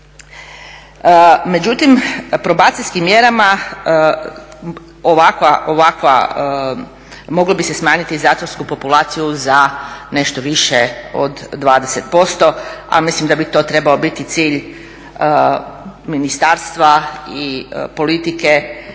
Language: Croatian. Međutim, probacijskim mjerama moglo bi se smanjiti zatvorsku populaciju za nešto više od 20%, a mislim da bi to trebao biti cilj ministarstva i politike